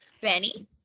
Benny